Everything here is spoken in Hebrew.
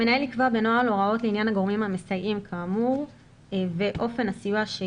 המנהל יקבע בנוהל הוראות לעניין הגורמים המסייעים כאמור ואופן הסיוע.